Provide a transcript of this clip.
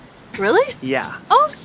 really? yeah. oh,